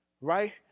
right